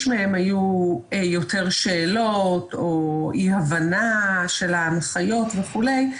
מהן היו יותר שאלות או אי הבנה של ההנחיות וכולי.